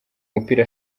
mupira